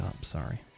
Sorry